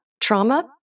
trauma